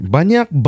Banyak